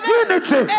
unity